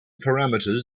parameters